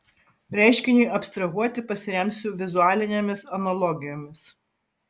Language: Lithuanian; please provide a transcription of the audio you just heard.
reiškiniui abstrahuoti pasiremsiu vizualinėmis analogijomis